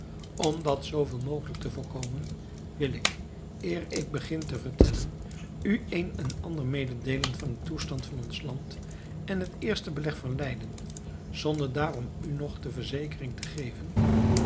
om dat zooveel mogelijk te voorkomen wil ik eer ik begin te vertellen u een en ander mededeelen van den toestand van ons land en het eerste beleg van leiden zonder daarom u nog de verzekering te geven